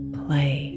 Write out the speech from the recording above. play